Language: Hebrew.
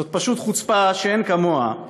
זאת פשוט חוצפה שאין כמוה,